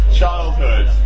childhood